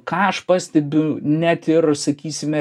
ką aš pastebiu net ir sakysime